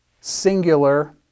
singular